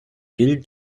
gilt